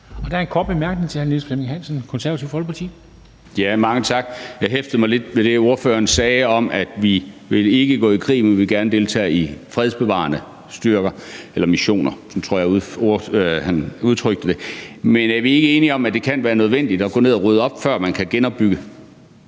Niels Flemming Hansen (KF): Mange tak. Jeg hæftede mig lidt ved det, ordføreren sagde om, at vi ikke vil gå i krig, men vi gerne vil deltage i fredsbevarende styrker eller missioner; sådan tror jeg ordføreren udtrykte det. Men er vi ikke enige om, at det kan være nødvendigt at tage ned at rydde op, før man kan genopbygge?